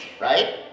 right